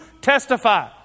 testify